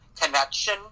connection